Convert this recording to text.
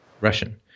Russian